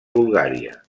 bulgària